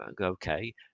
okay